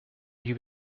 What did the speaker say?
you